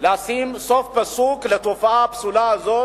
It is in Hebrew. לשים סוף פסוק לתופעה הפסולה הזאת,